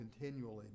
continually